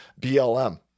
BLM